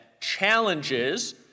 challenges